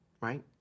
right